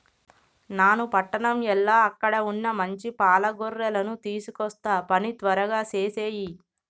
నాను పట్టణం ఎల్ల అక్కడ వున్న మంచి పాల గొర్రెలను తీసుకొస్తా పని త్వరగా సేసేయి